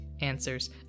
answers